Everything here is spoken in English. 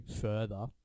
further